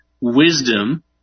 wisdom